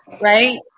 right